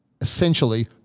essentially